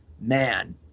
man